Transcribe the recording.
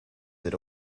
that